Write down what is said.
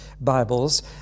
Bibles